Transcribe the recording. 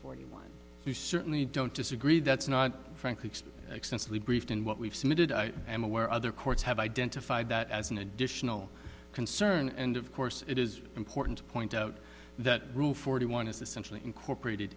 before one you certainly don't disagree that's not frankly extensively briefed in what we've submitted i am aware other courts have identified that as an additional concern and of course it is important to point out that rule forty one is essentially incorporated